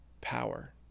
power